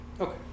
Okay